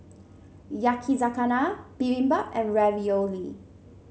Yakizakana Bibimbap and Ravioli